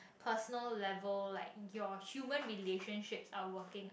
personal level like your human relationships are working out